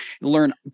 learn